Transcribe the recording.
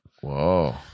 Whoa